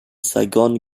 saigon